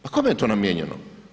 Pa kome je to namijenjeno?